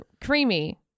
Creamy